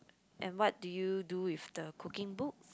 and what do you do with the cooking book